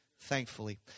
Thankfully